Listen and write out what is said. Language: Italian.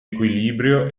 equilibrio